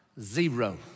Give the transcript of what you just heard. Zero